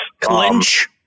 Clinch